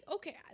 Okay